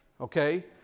Okay